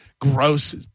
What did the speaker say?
gross